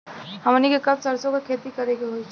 हमनी के कब सरसो क खेती करे के चाही?